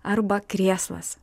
arba krėslas